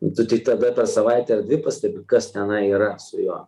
tu tik tada tą savaitę ar dvi pastebi kas tenai yra su juo